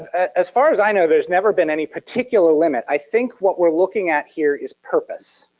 as far as i know, there's never been any particular limit. i think what we're looking at here is purpose,